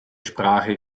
sprache